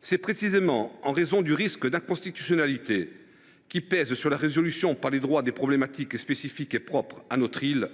C’est précisément en raison du risque d’inconstitutionnalité qui pèse sur la résolution législative des problématiques spécifiques à notre île